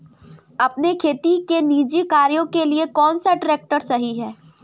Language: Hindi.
अपने खेती के निजी कार्यों के लिए कौन सा ट्रैक्टर सही है?